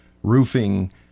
roofing